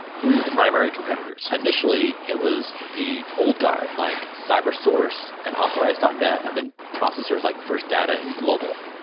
who were your primary competitors? initially, it was the old guy like cybersource and authorize dot net and then processers like first data and global,